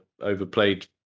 overplayed